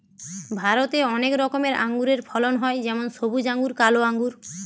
ভারতে অনেক রকমের আঙুরের ফলন হয় যেমন সবুজ আঙ্গুর, কালো আঙ্গুর